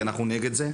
כי אנחנו נגד זה.